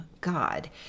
God